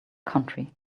county